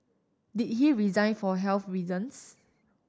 did he resign for health reasons